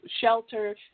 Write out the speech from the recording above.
shelter